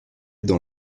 dans